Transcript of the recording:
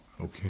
Okay